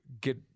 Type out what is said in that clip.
get